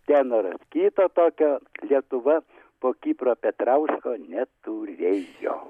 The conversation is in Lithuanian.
tenoras kito tokio lietuva po kipro petrausko neturėjo